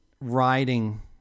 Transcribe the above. riding